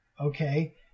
Okay